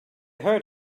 heard